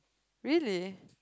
really